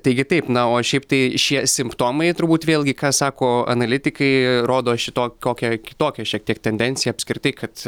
taigi taip na o šiaip tai šie simptomai turbūt vėlgi ką sako analitikai rodo šito kokią kitokią šiek tiek tendenciją apskritai kad